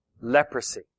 leprosy